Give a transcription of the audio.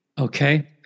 Okay